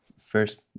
First